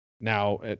Now